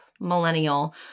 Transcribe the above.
millennial